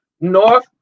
North